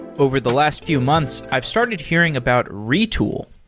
over the last few months, i've started hearing about retool.